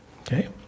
okay